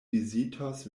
vizitos